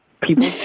people